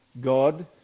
God